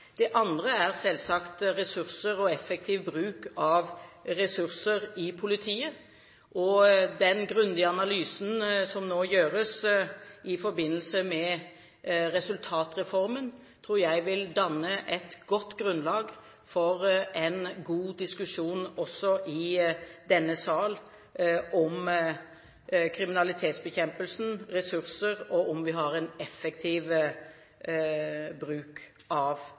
Det andre er selvsagt ressurser og effektiv bruk av disse i politiet. Den grundige analysen som nå gjøres i forbindelse med resultatreformen, tror jeg vil danne et godt grunnlagt for en god diskusjon også i denne sal om kriminalitetsbekjempelsen, ressursene og om vi har en effektiv bruk av